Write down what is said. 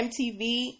MTV